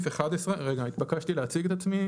רגע, התבקשתי להציג את עצמי.